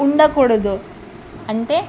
ఉండకూడదు అంటే